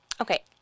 okay